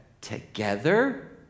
together